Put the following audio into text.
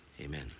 Amen